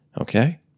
okay